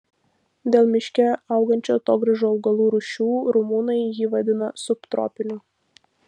dėl miške augančių atogrąžų augalų rūšių rumunai jį vadina subtropiniu